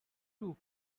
two